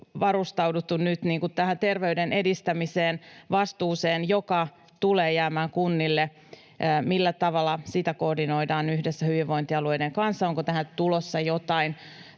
varustauduttu nyt tähän terveyden edistämiseen, vastuuseen, joka tulee jäämään kunnille? Millä tavalla sitä koordinoidaan yhdessä hyvinvointialueiden kanssa? Onko tähän tulossa jotain